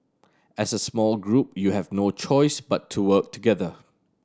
as a small group you have no choice but to work together